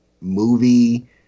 movie